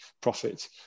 profit